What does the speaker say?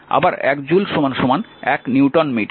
আবার 1 joule 1 newton metre